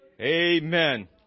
Amen